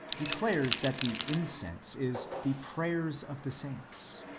declares that the incense is the prayers of the saints.